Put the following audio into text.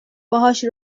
باهاش